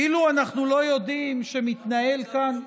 כאילו אנחנו לא יודעים שמתנהל כאן,